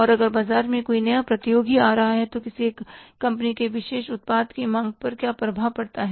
और अगर बाजार में कोई नया प्रतियोगी आ रहा है तो किसी एक कंपनी के विशेष उत्पाद की मांग पर क्या प्रभाव पड़ता है